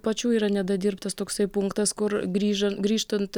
pačių yra nedadirbtas toksai punktas kur grįžo grįžtant